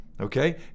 okay